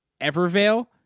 Evervale